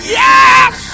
yes